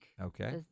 Okay